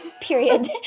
Period